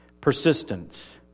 persistence